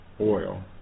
oil